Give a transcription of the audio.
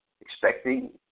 expecting